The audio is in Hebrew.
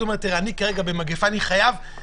אני רוצה להזכיר שבסגר הקודם גם חתונה לא הייתה,